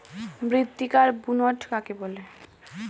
মৃত্তিকার বুনট কাকে বলে?